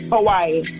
Hawaii